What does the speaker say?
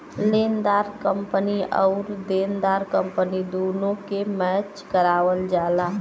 लेनेदार कंपनी आउर देनदार कंपनी दुन्नो के मैच करावल जाला